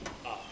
ah